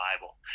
Bible